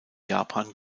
japan